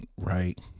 Right